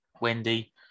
Wendy